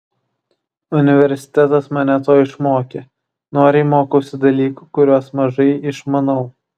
universitetas mane to išmokė noriai mokausi dalykų kuriuos mažai išmanau